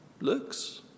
Looks